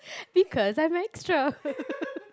because I'm extra